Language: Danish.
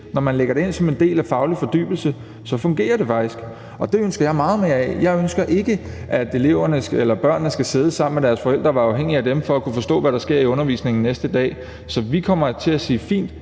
Når man lægger det ind som en del af den faglige fordybelse, fungerer det faktisk, og det ønsker jeg meget mere af. Jeg ønsker ikke, at børnene skal sidde sammen med deres forældre og være afhængig af dem for at kunne forstå, hvad der sker i undervisningen næste dag. Så vi kommer til at sige, at